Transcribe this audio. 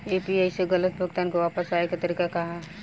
UPI से गलत भुगतान के वापस पाये के तरीका का ह?